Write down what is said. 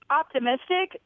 optimistic